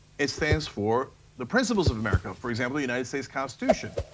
it stands for the principles of america, for example, the united states constitution,